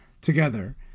together